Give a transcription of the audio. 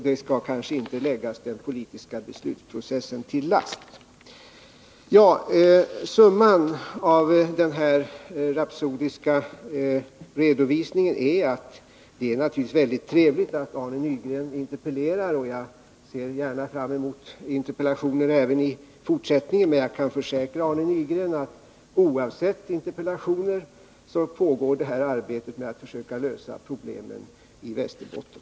Det skall kanske inte läggas den politiska beslutsprocessen till last. Summan av den här rapsodiska redovisningen är att det naturligtvis är väldigt trevligt att Arne Nygren interpellerar — jag ser jag gärna fram emot interpellationen även i fortsättningen. Men jag kan försäkra Arne Nygren att oavsett interpellationer så pågår arbetet med att försöka lösa problemen i Västerbotten.